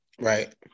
right